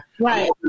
Right